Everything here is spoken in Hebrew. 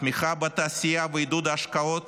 התמיכה בתעשייה ובעידוד ההשקעות